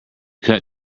cut